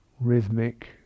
rhythmic